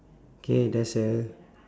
K there's a